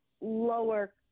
lower